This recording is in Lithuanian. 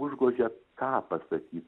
užgožia ką pasakyt